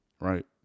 right